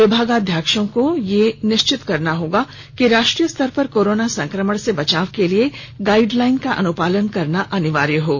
विभागाध्यक्षों को यह सुनिश्चित करना होगा कि राष्ट्रीय स्तर पर जो कोरोना संकमण से बचाव के लिए गाइडलाइन का अनुपालन करना अनिवार्य होगा